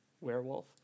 werewolf